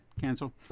cancel